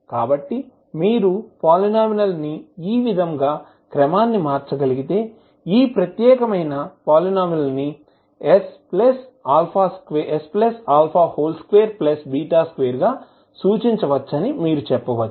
కాబట్టి మీరు పాలీనోమిల్ ని ఈ విధంగా క్రమాన్ని మార్చగలిగితే ఈ ప్రత్యేకమైన పోలీనోమిల్ ని sα22 గా సూచించవచ్చని మీరు చెప్పవచ్చు